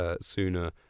sooner